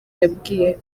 yabwiye